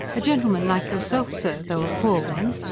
a gentleman like yourself, sir though a poor one.